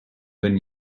been